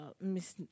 Miss